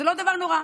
זה לא דבר נורא.